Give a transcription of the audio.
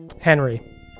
Henry